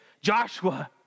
Joshua